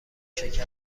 شکر